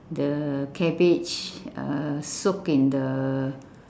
the cabbage uh soak in the